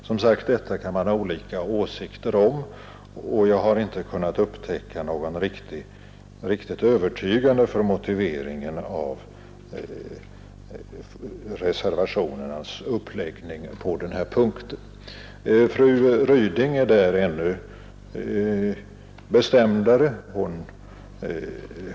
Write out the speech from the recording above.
Som sagt: Detta kan man ha olika åsikter om, men jag har inte kunnat upptäcka någon riktigt övertygande motivering för reservationernas uppläggning på den här punkten. Fru Ryding är ännu bestämdare.